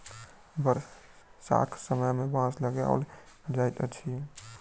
बरखाक समय मे बाँस लगाओल जाइत अछि